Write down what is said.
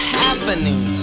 happening